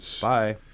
Bye